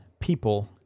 people